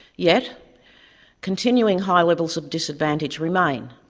yet continuing high levels of disadvantage remain,